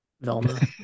Velma